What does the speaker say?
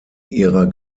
ihrer